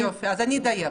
יופי, אז אדייק.